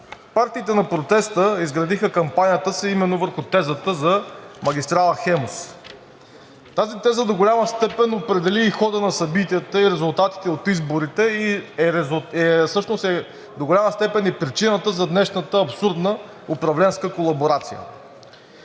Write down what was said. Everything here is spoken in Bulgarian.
Партиите на протеста изградиха кампанията си именно върху тезата за магистрала „Хемус“. Тази теза до голяма степен определи и хода на събитията и резултатите от изборите и всъщност е до голяма степен и причината за днешната абсурдна управленска колаборация.